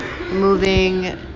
moving